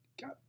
got